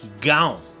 Gone